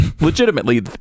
Legitimately